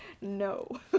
No